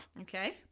Okay